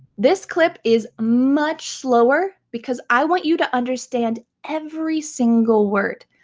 this clip is much slower because i want you to understand every single word.